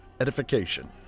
edification